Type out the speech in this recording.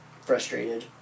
frustrated